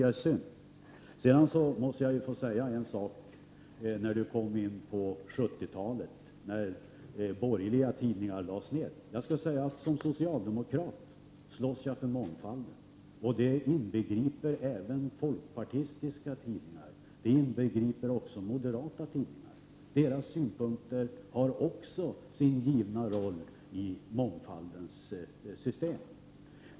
Jag måste få säga en sak med anledning av att Göthe Knutson kom in på 70-talet, när borgerliga tidningar lades ner. Som socialdemokrat slåss jag för mångfalden, och det inbegriper även folkpartistiska och moderata tidningar. Deras synpunkter har också sin givna roll i mångfaldens system.